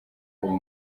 uwo